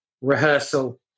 rehearsal